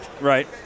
Right